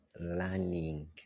learning